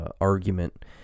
argument